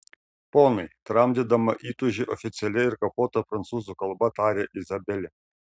ponai tramdydama įtūžį oficialia ir kapota prancūzų kalba tarė izabelė